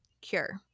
CURE